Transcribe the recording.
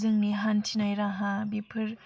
जोंनि हान्थिनाय राहा बिफोर